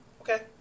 Okay